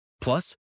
Plus